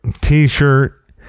t-shirt